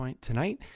tonight